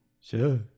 Sure